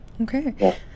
okay